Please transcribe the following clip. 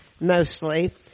mostly